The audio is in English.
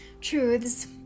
truths